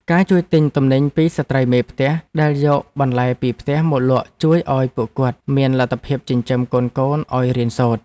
ការជួយទិញទំនិញពីស្ត្រីមេផ្ទះដែលយកបន្លែពីផ្ទះមកលក់ជួយឱ្យពួកគាត់មានលទ្ធភាពចិញ្ចឹមកូនៗឱ្យរៀនសូត្រ។